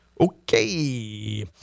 Okay